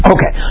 Okay